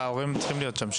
ההורים צריכים להיות שם,